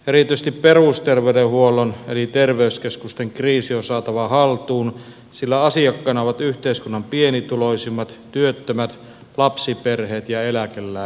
erityisesti perusterveydenhuollon eli terveyskeskusten kriisi on saatava haltuun sillä asiakkaina ovat yhteiskunnan pienituloisimmat työttömät lapsiperheet ja eläkeläiset